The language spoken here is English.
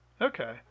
Okay